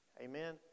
Amen